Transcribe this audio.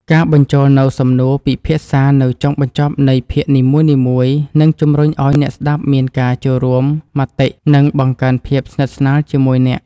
ការបញ្ចូលនូវសំណួរពិភាក្សានៅចុងបញ្ចប់នៃភាគនីមួយៗនឹងជំរុញឱ្យអ្នកស្តាប់មានការចូលរួមមតិ និងបង្កើនភាពស្និទ្ធស្នាលជាមួយអ្នក។